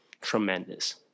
tremendous